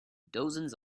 dozens